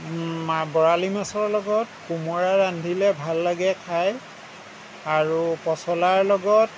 মা বৰালি মাছৰ লগত কোমোৰা ৰান্ধিলে ভাল লাগে খায় আৰু পচলাৰ লগত